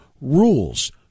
rules